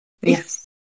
Yes